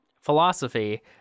philosophy